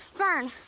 fern,